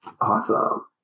Awesome